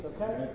okay